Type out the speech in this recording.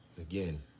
again